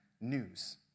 news